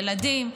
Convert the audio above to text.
ילדים,